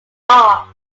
art